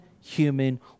human